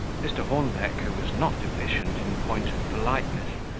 mr. hornbeck, who was not deficient in point of politeness,